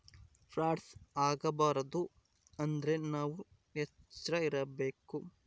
frauds ಆಗಬಾರದು ಅಂದ್ರೆ ನಾವ್ ಎಚ್ರ ಇರ್ಬೇಕು